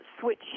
switch